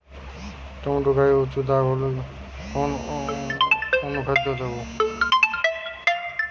Tomato গায়ে উচু দাগ হলে কোন অনুখাদ্য দেবো?